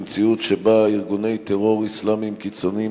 במציאות שבה ארגוני טרור אסלאמיים קיצוניים,